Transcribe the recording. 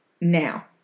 now